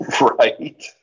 Right